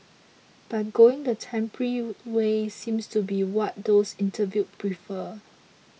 but going the temporary way seems to be what those interviewed prefer